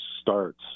starts